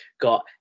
got